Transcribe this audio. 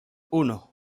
uno